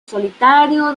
solitario